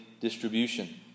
distribution